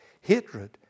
hatred